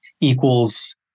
equals